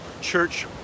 church